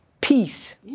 Peace